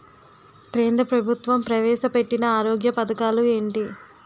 కేంద్ర ప్రభుత్వం ప్రవేశ పెట్టిన ఆరోగ్య పథకాలు ఎంటి?